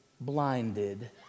blinded